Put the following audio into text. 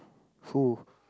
who